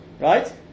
Right